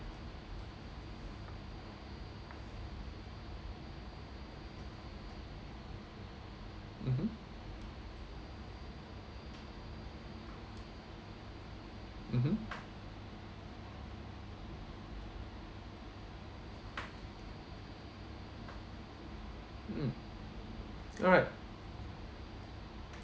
mmhmm mmhmm mm alright